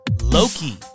Loki